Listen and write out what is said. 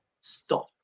Stop